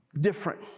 different